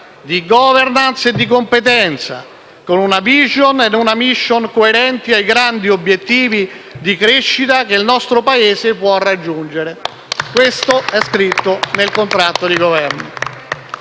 di *governance* e di competenza, con una *vision* e una *mission* coerenti ai grandi obiettivi di crescita che il nostro Paese può raggiungere». Questo è scritto nel contratto di Governo.